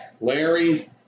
Larry